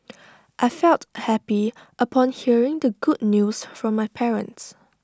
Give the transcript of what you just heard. I felt happy upon hearing the good news from my parents